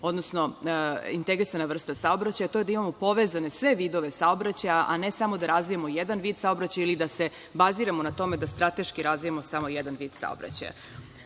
odnosno integrisana vrsta saobraćaja, a to je da imamo povezane sve vidove saobraćaja, a ne samo da razvijamo jedan vid saobraćaja ili da se baziramo na tome da strateški razvijamo samo jedan vid saobraćaja. Kada